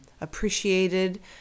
appreciated